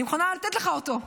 אני מוכנה לתת לך אותו,